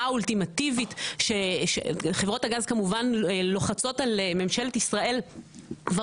האולטימטיבית שחברות הגז כמובן לוחצות על ממשלת ישראל כבר